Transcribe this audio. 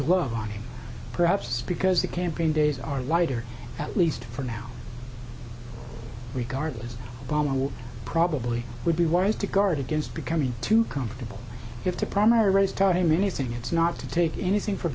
him perhaps because the campaign days are lighter at least for now regardless bamma will probably would be wise to guard against becoming too comfortable if the primary race taught him anything it's not to take anything for